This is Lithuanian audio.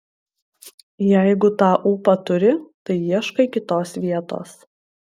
jeigu tą ūpą turi tai ieškai kitos vietos